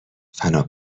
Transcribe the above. فنا